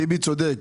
טיבי צודק.